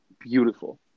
Beautiful